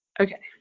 Okay